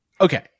Okay